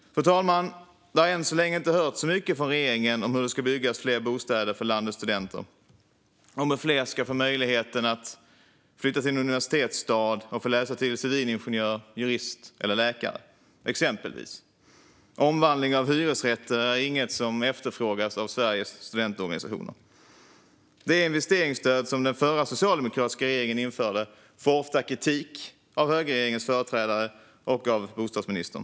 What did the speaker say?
Fru talman! Det har än så länge inte hörts så mycket från regeringen om hur det ska byggas fler bostäder för landets studenter och om hur fler ska få möjligheten att flytta till en universitetsstad och läsa till exempelvis civilingenjör, jurist eller läkare. Omvandling av hyresrätter är inget som efterfrågas av Sveriges studentorganisationer. Det investeringsstöd som den förra socialdemokratiska regeringen införde får ofta kritik av högerregeringens företrädare och av bostadsministern.